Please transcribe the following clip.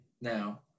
now